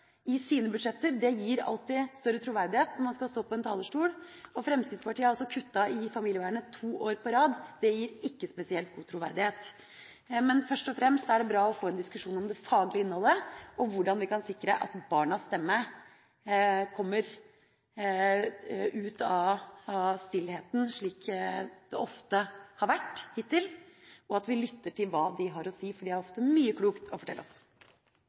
i sine budsjetter. Det gir alltid større troverdighet når man skal stå på en talerstol. Fremskrittspartiet har kuttet i familievernet to år på rad. Det gir ikke spesielt god troverdighet. Men først og fremst er det bra å få en diskusjon om det faglige innholdet og hvordan vi kan sikre at barnas stemme kommer ut av stillheten, slik det ofte har vært hittil, og at vi lytter til hva de har å si, for de har ofte mye klokt å fortelle oss.